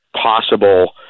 possible